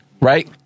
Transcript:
Right